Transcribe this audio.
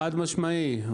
חד משמעי.